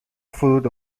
فرود